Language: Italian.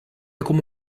come